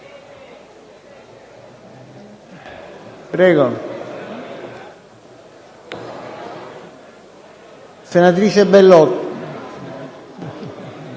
Senatrice Bellot,